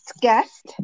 guest